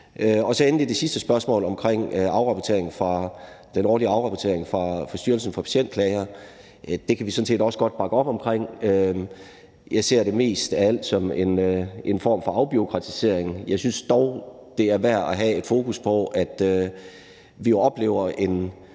er der endelig det sidste spørgsmål omkring den årlige afrapportering fra Styrelsen for Patientklager. Det kan vi sådan set også godt bakke op omkring. Jeg ser det mest af alt som en form for afbureaukratisering. Jeg synes dog, det er værd at have et fokus på, at der har været